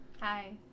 Hi